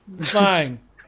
fine